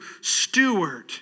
steward